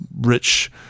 rich